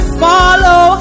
follow